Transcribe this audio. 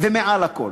ומעל הכול,